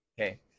Okay